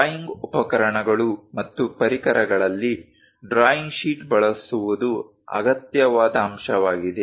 drawing ಉಪಕರಣಗಳು ಮತ್ತು ಪರಿಕರಗಳಲ್ಲಿ ಡ್ರಾಯಿಂಗ್ ಶೀಟ್ ಬಳಸುವುದು ಅಗತ್ಯವಾದ ಅಂಶವಾಗಿದೆ